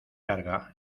larga